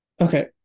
Okay